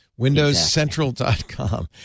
windowscentral.com